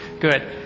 Good